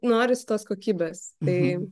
norisi tos kokybės tai